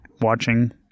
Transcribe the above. watching